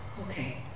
Okay